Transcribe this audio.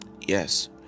Yes